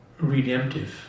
redemptive